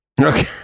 Okay